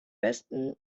besten